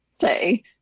Say